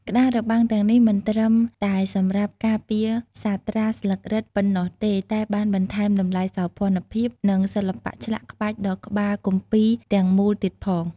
ក្តារបាំងទាំងនេះមិនត្រឹមតែសម្រាប់ការពារសាត្រាស្លឹករឹតប៉ុណ្ណោះទេ តែបានបន្ថែមតម្លៃសោភ័ណភាព និងសិល្បៈឆ្លាក់ក្បាច់ដល់ក្បាលគម្ពីរទាំងមូលទៀតផង។